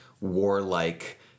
warlike